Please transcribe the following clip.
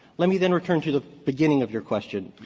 let me then return to the beginning of your question,